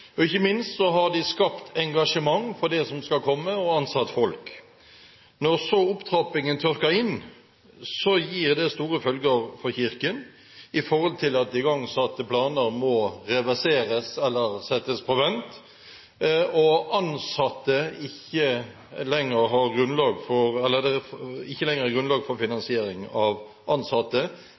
og ikke minst har de skapt engasjement for det som skal komme, og ansatt folk. Når så opptrappingen tørker inn, gir det store følger for Kirken med hensyn til at de igangsatte planene må reverseres eller settes på vent, og at det ikke lenger er grunnlag for finansiering av ansatte. Dette skaper en uforutsigbarhet og en særdeles vanskelig situasjon for